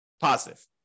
positive